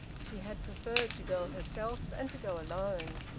she had preferred to go herself, and to go alone.